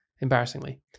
embarrassingly